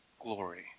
glory